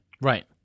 Right